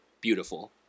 beautiful